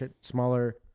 smaller